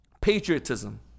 patriotism